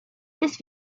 this